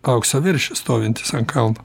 aukso veršis stovintis ant kalno